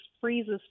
freezes